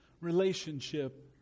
relationship